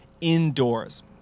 indoors